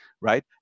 right